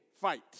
fight